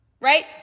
right